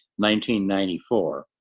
1994